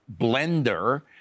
blender